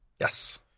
Yes